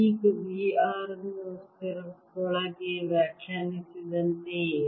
ಈಗ V r ಅನ್ನು ಸ್ಥಿರದೊಳಗೆ ವ್ಯಾಖ್ಯಾನಿಸಿದಂತೆಯೇ